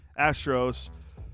Astros